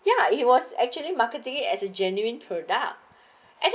ya he was actually marketing it as a genuine products and